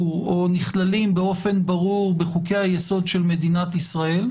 או נכללים באופן ברור בחוקי-היסוד של מדינת ישראל,